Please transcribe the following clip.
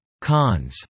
Cons